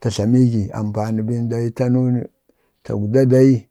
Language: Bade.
ta tlamigi ampani dal tanu tagwda dai,